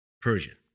Persian